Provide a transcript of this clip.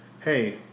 hey